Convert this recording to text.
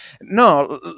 No